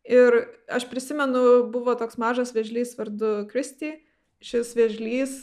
ir aš prisimenu buvo toks mažas vėžlys vardu kristy šis vėžlys